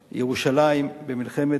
הנושא יידון במליאה.